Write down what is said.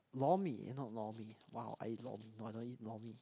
Lor-Mee you know Lor-Mee !wow! I eat Lor-Mee wanna eat Lor-Mee